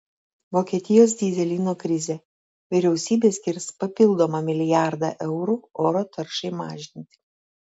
vokietijos dyzelino krizė vyriausybė skirs papildomą milijardą eurų oro taršai mažinti